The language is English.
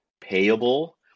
payable